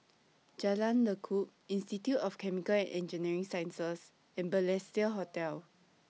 Jalan Lekub Institute of Chemical and Engineering Sciences and Balestier Hotel